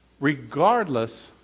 regardless